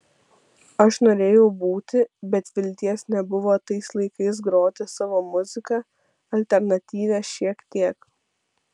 aš norėjau būti bet vilties nebuvo tais laikais groti savo muziką alternatyvią šiek tiek